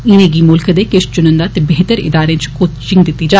इनें गी मुल्ख दे किश चुन्दिा ते बेहतर इदारें च कोचिंग दिती जा